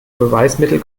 beweismittel